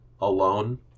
alone